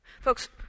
Folks